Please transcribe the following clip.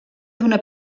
d’una